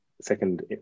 second